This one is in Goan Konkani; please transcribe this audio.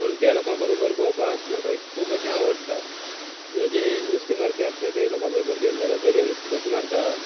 म्हणून त्या लोकां बरोबर भोंवपाक म्हाका अशें खूब अशें आवडटा जशें नुस्तें मारपी आसता ते लोकां बरोबर गेले जाल्यार दर्या नुस्तें कशें मारता